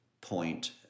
point